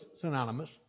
synonymous